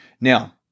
Now